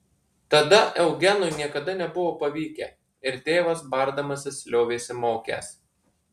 tada eugenui niekada nebuvo pavykę ir tėvas bardamasis liovėsi mokęs